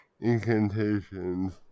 incantations